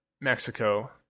Mexico